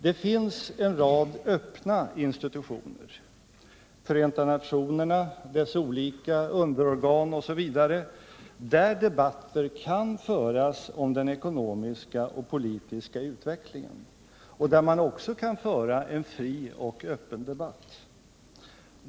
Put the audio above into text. Det finns en rad öppna institutioner — Förenta nationerna, dess underorgan m.fl. — där debatter om den ekonomiska och politiska utvecklingen kan föras. Också där kan man föra en fri och öppen debatt.